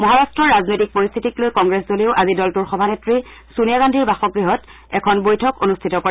মহাৰাট্টৰ ৰাজনৈতিক পৰিস্থিতি লৈ কংগ্ৰেছ দলেও আজি দলটোৰ সভানেত্ৰী ছোনিয়া গান্ধীৰ বাসগৃহত বৈঠক অনুষ্ঠিত কৰে